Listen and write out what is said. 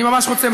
אני ממש רוצה,